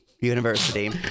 University